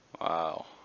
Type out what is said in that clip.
Wow